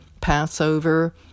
Passover